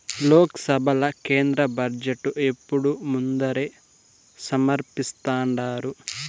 లోక్సభల కేంద్ర బడ్జెటు ఎప్పుడూ ముందరే సమర్పిస్థాండారు